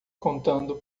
contando